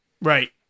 Right